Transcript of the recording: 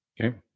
Okay